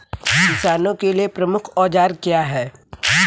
किसानों के लिए प्रमुख औजार क्या हैं?